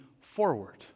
forward